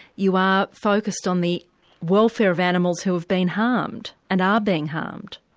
you are focused on the welfare of animals who have been harmed, and are being harmed.